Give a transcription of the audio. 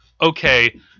okay